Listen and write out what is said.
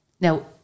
Now